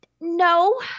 No